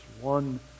one